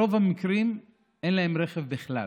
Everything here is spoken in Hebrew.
ברוב המקרים אין להן רכב בכלל.